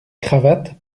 cravate